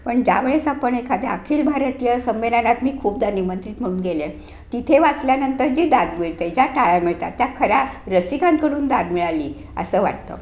पण ज्यावेळेस आपण एखाद्या अखिल भारतीय संमेलनात मी खूपदा निमंत्रित म्हणून गेले आहे तिथे वाचल्यानंतर जी दाद मिळते ज्या टाळ्या मिळतात त्या खऱ्या रसीकांकडून दाद मिळाली असं वाटतं